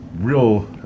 real